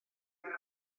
mewn